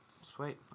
Sweet